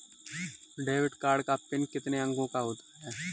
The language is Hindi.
डेबिट कार्ड का पिन कितने अंकों का होता है?